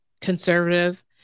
conservative